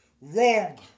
Wrong